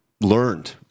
learned